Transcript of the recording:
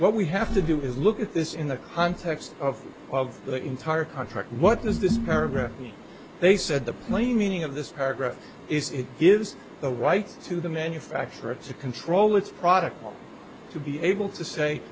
what we have to do is look at this in the context of of the entire contract what is this paragraph and they said the plain meaning of this paragraph is it gives the right to the manufacturer to control its product to be able to say